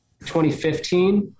2015